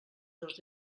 dos